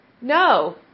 no